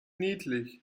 niedlich